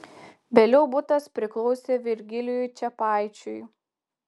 vėliau butas priklausė virgilijui čepaičiui